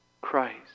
Christ